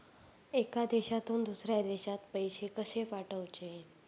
एका देशातून दुसऱ्या देशात पैसे कशे पाठवचे?